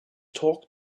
talk